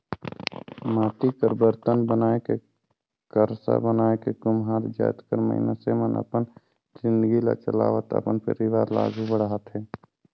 माटी कर बरतन बनाए के करसा बनाए के कुम्हार जाएत कर मइनसे मन अपन जिनगी ल चलावत अपन परिवार ल आघु बढ़ाथे